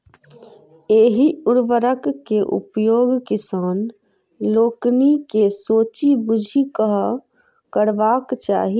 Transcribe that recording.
एहि उर्वरक के उपयोग किसान लोकनि के सोचि बुझि कअ करबाक चाही